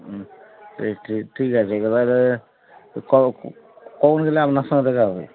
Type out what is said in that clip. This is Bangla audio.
হুম ঠিক ঠিক ঠিক আছে তাহলে তা কখন গেলে আপনার সঙ্গে দেখা হবে